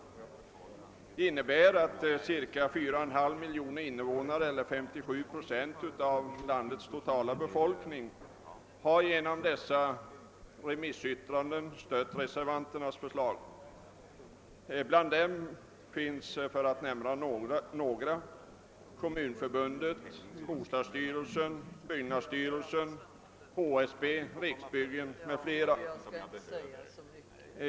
Detta innebär att cirka 4,5 miljoner invånare eller 57 procent av landets totala befolkning genom dessa remissyttranden har stött reservanternas förslag. Bland dem är för att nämna några Kommunförbundet, bostadsstyrelsen, byggnadsstyrelsen, HSB, Riksbyggen m.fl.